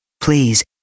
Please